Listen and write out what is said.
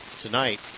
tonight